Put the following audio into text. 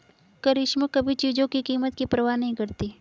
करिश्मा कभी चीजों की कीमत की परवाह नहीं करती